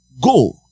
Go